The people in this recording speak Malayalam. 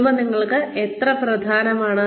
കുടുംബം നിങ്ങൾക്ക് എത്ര പ്രധാനമാണ്